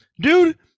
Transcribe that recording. Dude